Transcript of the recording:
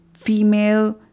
female